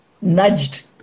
nudged